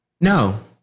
No